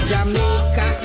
Jamaica